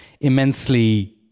immensely